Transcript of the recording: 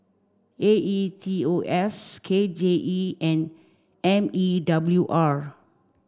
A E T O S K J E and M E W R